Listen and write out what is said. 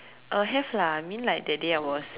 uh have lah I mean like that day I was